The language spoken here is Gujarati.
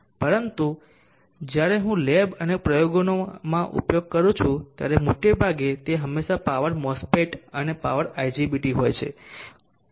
પરંતુ જ્યારે હું લેબ અને પ્રયોગોમાં ઉપયોગ કરું છું ત્યારે મોટાભાગે તે હંમેશા પાવર મોસ્ફેટ્સ અને પાવર IGBT હોય છે